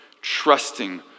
trusting